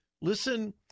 listen